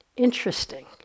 interesting